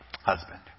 husband